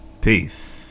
Peace